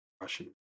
Russian